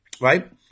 right